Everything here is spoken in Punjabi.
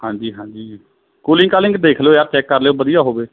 ਹਾਂਜੀ ਹਾਂਜੀ ਕੂਲਿੰਗ ਕਾਲਿੰਗ ਦੇਖ ਲਿਓ ਯਾਰ ਚੈੱਕ ਕਰ ਲਿਓ ਵਧੀਆ ਹੋਵੇ